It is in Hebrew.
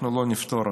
אנחנו לא נפתור אותה.